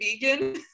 vegan